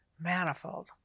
Manifold